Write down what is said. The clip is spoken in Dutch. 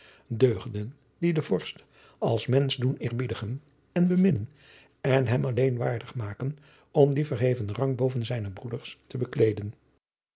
deugden die den vorst als mensch doen eerbiedigen en beminnen en hem alleen waardig maken om dien verheven rang boven zijne broeders te bekleeden